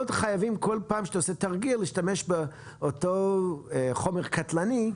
לא חייבים בכל פעם שאתה עושה תרגיל להשתמש באותו חומר קטלני.